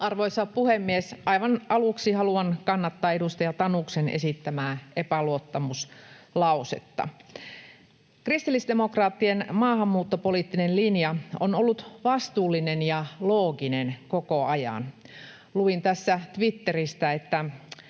Arvoisa puhemies! Aivan aluksi haluan kannattaa edustaja Tanuksen esittämää epäluottamuslausetta. Kristillisdemokraattien maahanmuuttopoliittinen linja on ollut vastuullinen ja looginen koko ajan. Luin tässä Twitteristä, että